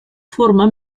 forma